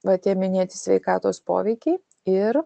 va tie minėti sveikatos poveikiai ir